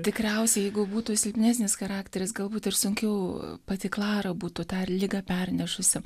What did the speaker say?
tikriausiai jeigu būtų silpnesnis charakteris galbūt ir sunkiau pati klara būtų tą ir ligą pernešusi